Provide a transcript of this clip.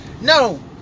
No